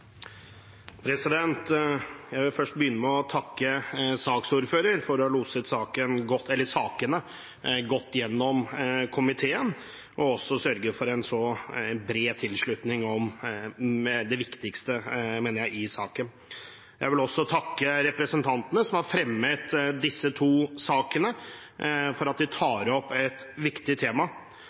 til. Jeg vil først takke saksordføreren for å ha loset sakene godt gjennom komiteen og sørget for en så bred tilslutning om det viktigste i sakene. Jeg vil også takke representantene som har fremmet disse to sakene, for at de tar opp et viktig tema,